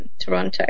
Toronto